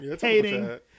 Hating